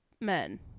men